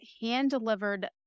hand-delivered